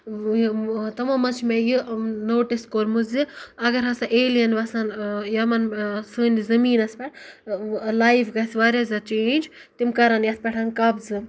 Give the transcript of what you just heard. تِمو منٛز چھُ مےٚ یہٕ نوٹِس کوٚرمُت زِ اگر ہَسا ایلِیَن وَسان یَمَن سٲنِس زمیٖن پٮ۪ٹھ لایِف گَژھِ واریاہ زیادٕ چینٛج تِم کَرن یَتھ پٮ۪ٹَھ قَبضہٕ